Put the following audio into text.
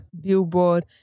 billboard